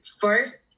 first